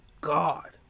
God